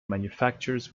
manufactures